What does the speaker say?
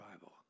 Bible